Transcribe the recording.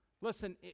Listen